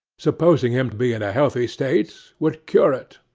supposing him to be in a healthy state, would cure it.